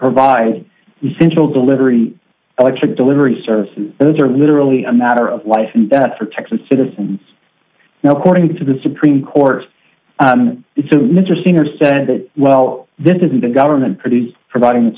provide essential delivery electric delivery service those are literally a matter of life and death for texas citizens now according to the supreme court it's so interesting or said that well this isn't a government produced providing a